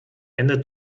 ende